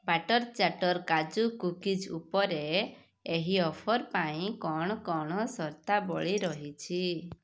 butter ଚାଟ୍ଟର କାଜୁ cookies ଉପରେ ଏହି ଅଫର୍ ପାଇଁ କ'ଣ କ'ଣ ସର୍ତ୍ତାବଳୀ ରହିଛି